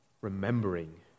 remembering